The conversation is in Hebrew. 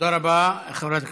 תודה רבה, חברת הכנסת.